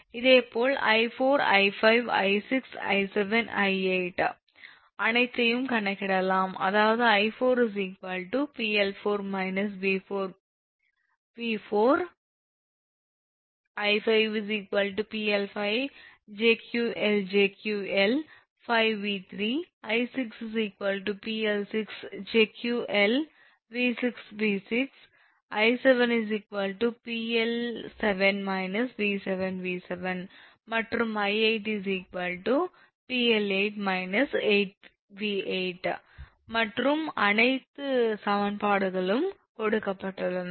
இதேபோல் 𝑖4 𝑖5 𝑖6 𝑖7 𝑖8 அனைத்தையும் கணக்கிடலாம் அதாவது 𝑖4 𝑃𝐿4 − 𝑉4𝑉4 ∗ 𝑖5 𝑃𝐿5 𝑗𝑄𝐿 𝑗𝑄𝐿5𝑉5 ∗ 𝑖6 𝑃𝐿6 𝑗𝑄𝐿 𝑉6𝑉6 ∗ 𝑖7 𝑃𝐿7 − 𝑉7𝑉7 ∗ மற்றும் 𝑖8 𝑃𝐿8 −8𝑉8 ∗ மற்றும் அனைத்து சமன்பாடுகளும் கொடுக்கப்பட்டுள்ளன